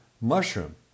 mushroom